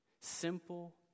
Simple